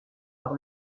par